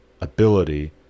ability